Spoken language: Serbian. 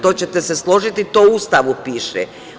To ćete se složiti, to u Ustavu piše.